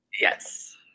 Yes